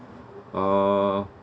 uh